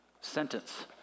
sentence